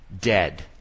dead